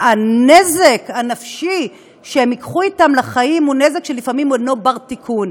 והנזק הנפשי שהם ייקחו אתם לחיים הוא נזק שלפעמים הוא אינו בר-תיקון.